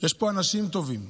יש פה אנשים טובים.